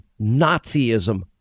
Nazism